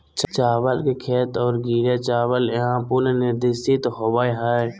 चावल के खेत और गीले चावल यहां पुनर्निर्देशित होबैय हइ